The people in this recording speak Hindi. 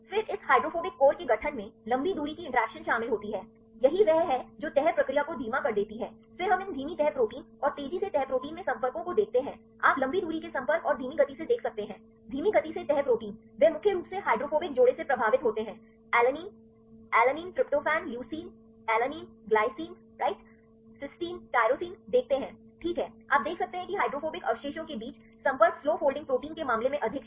फिर इस हाइड्रोफोबिक कोर के गठन में लंबी दूरी की इंटरैक्शन शामिल होती है यही वह है जो तह प्रक्रिया को धीमा कर देती है फिर हम इन धीमी तह प्रोटीन और तेजी से तह प्रोटीन में संपर्कों को देखते हैं आप लंबी दूरी के संपर्क और धीमी गति से देख सकते हैं धीमी गति से तह प्रोटीन वे मुख्य रूप से हाइड्रोफोबिक जोड़े से प्रभावित होते हैं alanine alanine tryptophan leucine alanine glycine right cysteine tyrosine देखते हैं ठीक है आप देख सकते हैं कि हाइड्रोफोबिक अवशेषों के बीच संपर्क स्लो फोल्डिंग प्रोटीन के मामले में अधिक हैं